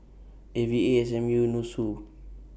A V A S M U Nussu